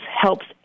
helps